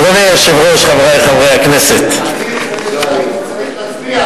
אדוני היושב-ראש, חברי חברי הכנסת, צריך להצביע.